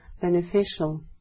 beneficial